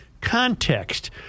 context